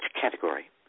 category